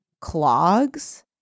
clogs